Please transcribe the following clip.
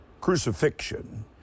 Crucifixion